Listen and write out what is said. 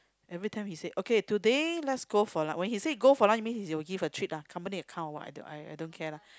everytime he say okay today let's go for lunch when he say go for lunch means he will give a treat lah company account what I don't I don't care lah